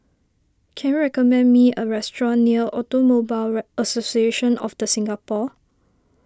can you recommend me a restaurant near Automobile Association of the Singapore